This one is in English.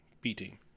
B-Team